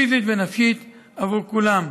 פיזית ונפשית, עבור כולם,